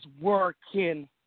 working